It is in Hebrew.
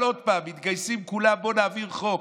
אבל עוד פעם, מתגייסים כולם: בואו נעביר חוק.